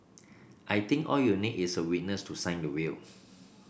I think all you need is a witness to sign the will